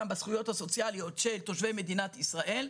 בזכויות הסוציאליות של תושבי מדינת ישראל,